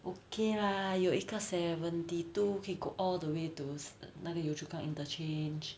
okay lah 有一个 seventy two 可以 go all the way to 那个 yio chu kang interchange